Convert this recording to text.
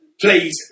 Please